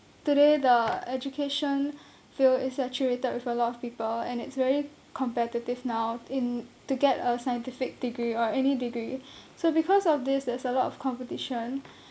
today the education field is saturated with a lot of people and it's very competitive now in to get a scientific degree or any degree so because of this there's a lot of competition